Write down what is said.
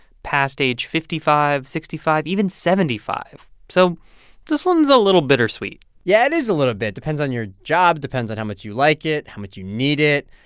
past age fifty five, sixty five, even seventy five. so this one's a little bittersweet yeah, it is a little bit. depends on your job, depends on how much you like it, how much you need it.